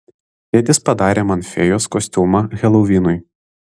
tėtis padarė man fėjos kostiumą helovinui